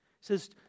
says